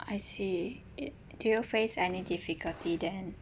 I see do you face any difficulty then